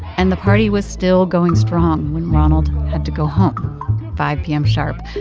and the party was still going strong when ronald had to go home five p m. sharp.